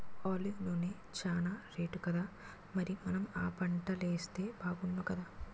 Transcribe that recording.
olive నూనె చానా రేటుకదా మరి మనం ఆ పంటలేస్తే బాగుణ్ణుకదా